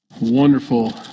Wonderful